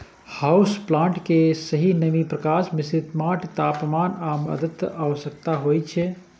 house plant कें सही नमी, प्रकाश, मिश्रित माटि, तापमान आ आद्रता के आवश्यकता होइ छै